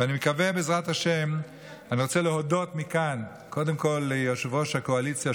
אני רוצה להודות מכאן קודם כול ליושב-ראש הקואליציה,